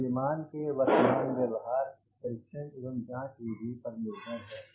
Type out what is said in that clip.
यह विमान के वर्तमान व्यवहार परीक्षण एवं जांच विधि पर निर्भर है